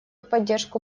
поддержку